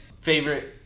Favorite